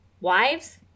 wives